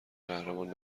قهرمان